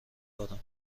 دارم